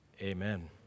Amen